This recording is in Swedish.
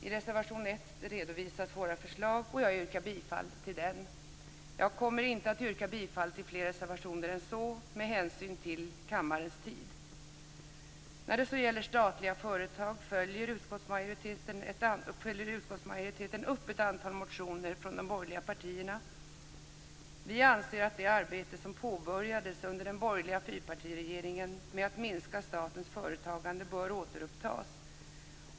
I reservation 1 redovisas våra förslag, och jag yrkar bifall till den. Jag kommer, med hänsyn till kammarens tid, inte att yrka bifall till fler reservationer än så. När det gäller statliga företag följer utskottsmajoriteten upp ett antal motioner från de borgerliga partierna. Vi anser att det arbete som påbörjades under den borgerliga fyrpartiregeringen med att minska statens företagande bör återupptas.